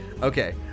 Okay